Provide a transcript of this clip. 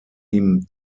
ihm